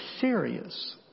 serious